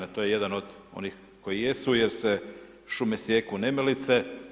To je jedan od onih jesu jer se šume sijeku nemilice.